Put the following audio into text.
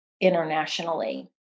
internationally